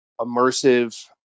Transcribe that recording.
immersive